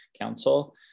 council